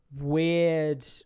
weird